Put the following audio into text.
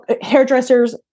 hairdressers